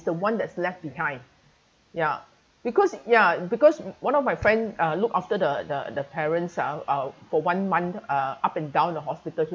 the one that's left behind ya because ya because one of my friend uh look after the the the parents ah uh for one month uh up and down the hospital